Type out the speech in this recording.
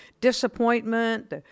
disappointment